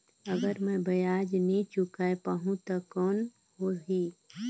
अगर मै ब्याज नी चुकाय पाहुं ता कौन हो ही?